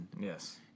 Yes